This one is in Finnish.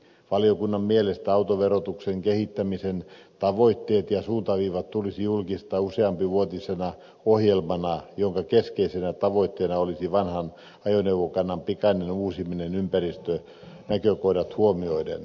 valiokunnan mielestä autoverotuksen kehittämisen tavoitteet ja suuntaviivat tulisi julkistaa useampivuotisena ohjelmana jonka keskeisenä tavoitteena olisi vanhan ajoneuvokannan pikainen uusiminen ympäristönäkökohdat huomioiden